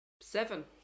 Seven